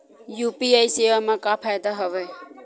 UPI सेवा मा का फ़ायदा हवे?